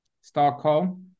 Stockholm